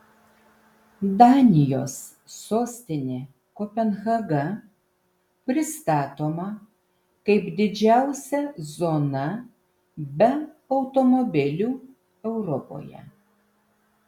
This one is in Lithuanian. danijos sostinė kopenhaga pristatoma kaip didžiausia zona be automobilių europoje